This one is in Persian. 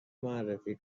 معرفی